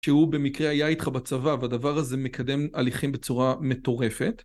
שהוא במקרה היה איתך בצבא, והדבר הזה מקדם הליכים בצורה מטורפת.